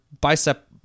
bicep